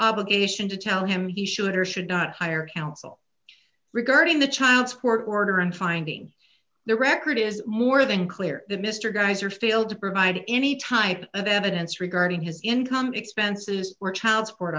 obligation to tell him he should or should not hire counsel regarding the child support order and finding the record is more than clear that mr geyser failed to provide any type of evidence regarding his income expenses were child support